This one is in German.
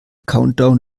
countdown